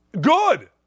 Good